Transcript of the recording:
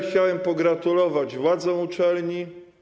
Chciałem pogratulować władzom uczelni.